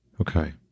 Okay